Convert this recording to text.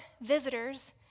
visitors